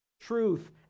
truth